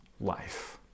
life